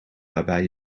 waarbij